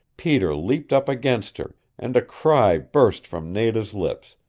peter leapt up against her, and a cry burst from nada's lips,